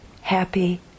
happy